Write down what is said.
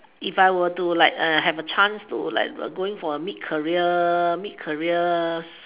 if I were to like have a chance to going for a mid career mid career